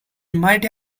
might